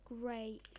great